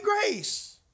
grace